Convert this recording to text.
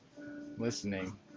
listening